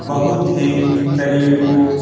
बहुत ही शरीर को